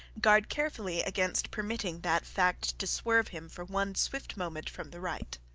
guard carefully against permitting that fact to swerve him for one swift moment from the right.